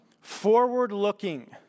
forward-looking